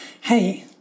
hey